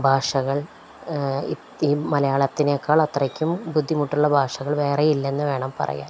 ഭാഷകൾ ഈ മലയാളത്തിനേക്കാൾ അത്രയ്ക്കും ബുദ്ധിമുട്ടുള്ള ഭാഷകൾ വേറെ ഇല്ലെന്ന് വേണം പറയാൻ